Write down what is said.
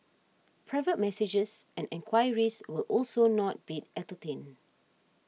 private messages and enquiries will also not be entertained